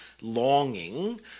longing